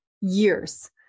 years